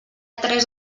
tres